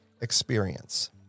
experience